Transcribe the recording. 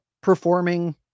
performing